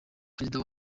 perezida